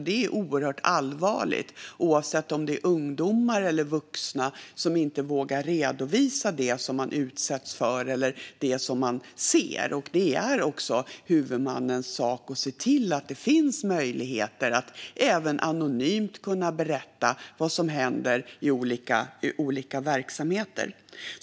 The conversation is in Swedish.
Det är oerhört allvarligt om människor, oavsett om det är ungdomar eller vuxna, inte vågar redovisa det som de utsätts för eller det som de ser. Det är också huvudmannens sak att se till att det finns möjligheter att, även anonymt, berätta vad som händer i olika verksamheter.